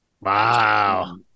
Wow